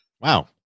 Wow